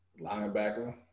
Linebacker